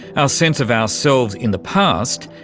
ah sense of ourselves in the past,